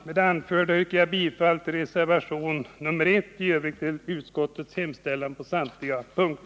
Med det anförda yrkar jag bifall till reservationen 1 och i övrigt till utskottets hemställan i samtliga moment.